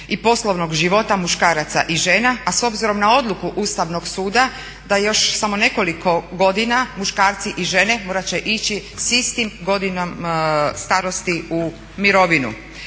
i poslovnog života muškaraca i žena a s obzirom na odluku Ustavnog suda da još samo nekoliko godina muškarci i žene morati će isti sa istom godinom starosti u mirovinu.